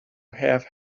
have